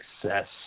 success